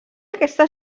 aquesta